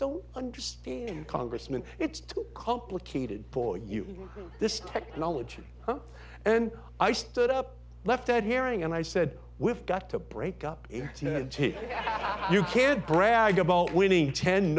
don't understand congressman it's too complicated for you this technology and i stood up left at hearing and i said we've got to break up you know you can't brag about winning ten